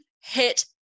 hit